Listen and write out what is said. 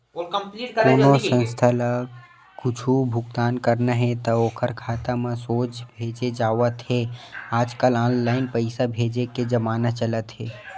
कोनो संस्था ल कुछ भुगतान करना हे त ओखर खाता म सोझ भेजे जावत हे आजकल ऑनलाईन पइसा भेजे के जमाना चलत हे